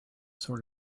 sort